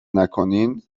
نکنین